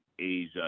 Asia